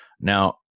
now